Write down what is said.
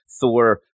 thor